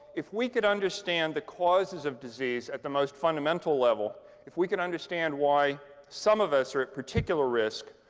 if we could understand the causes of disease at the most fundamental level, if we could understand why some of us are at particular risk,